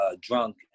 drunk